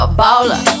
baller